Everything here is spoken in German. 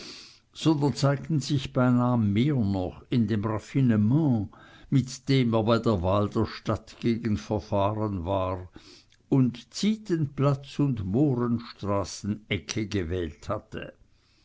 sondern zeigten sich beinah mehr noch in dem raffinement mit dem er bei der wahl der stadtgegend verfahren war und zietenplatz und mohrenstraße ecke gewählt hatte